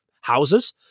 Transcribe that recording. houses